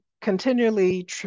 continually